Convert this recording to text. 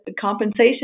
compensation